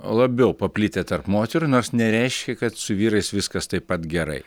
labiau paplitę tarp moterų nors nereiškia kad su vyrais viskas taip pat gerai